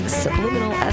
subliminal